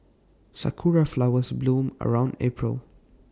Sakura Flowers bloom around April